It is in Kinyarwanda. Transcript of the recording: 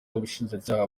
ubushinjacyaha